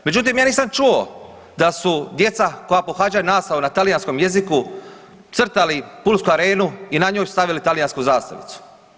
Međutim, ja nisam čuo da su djeca koja pohađaju nastavu na talijanskom jeziku crtali Pulsku arenu i na njoj stavili talijansku zastavicu.